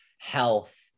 health